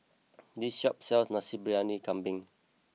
this shop sells Nasi Briyani Kambing